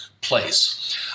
place